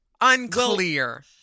Unclear